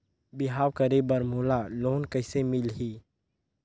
बिहाव करे बर मोला लोन कइसे मिलही?